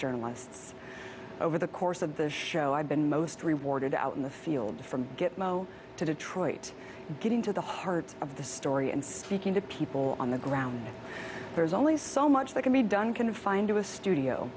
journalists over the course of the show i've been most rewarded out in the field from get mo to detroit getting to the heart of the story and speaking to people on the ground there's only so much that can be done confined to a studio